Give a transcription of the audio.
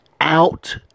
out